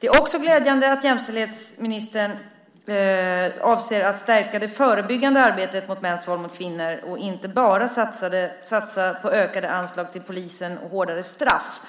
Det är också glädjande att jämställdhetsministern avser att stärka det förebyggande arbetet mot mäns våld mot kvinnor och inte bara satsa på ökade anslag till polisen och hårdare straff